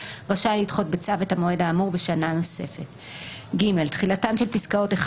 רשאי לדחות בצו את המועד האמור בשנה נוספת (ג) תחילתן של פסקאות 1,